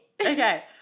Okay